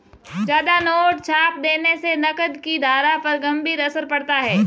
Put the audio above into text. ज्यादा नोट छाप देने से नकद की धारा पर गंभीर असर पड़ता है